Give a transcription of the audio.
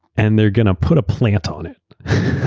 and they're going to put a plant on it,